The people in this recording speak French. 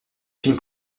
film